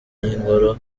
y’ingoro